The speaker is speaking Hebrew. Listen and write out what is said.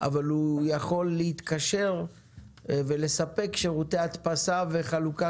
אבל הוא יכול להתקשר ולספק שירותי הדפסה וחלוקה